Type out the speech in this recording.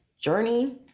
Journey